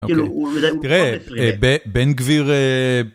אוקיי, תראה, בן גביר